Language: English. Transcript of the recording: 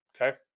okay